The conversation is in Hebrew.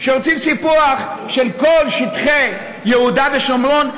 שרוצים סיפוח של כל שטחי יהודה ושומרון,